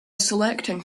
selecting